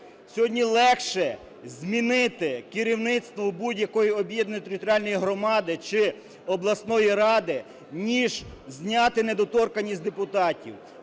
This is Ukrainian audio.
Сьогодні легше змінити керівництво будь-якої об’єднаної територіальної громади чи обласної ради, ніж зняти недоторканність з депутатів.